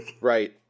Right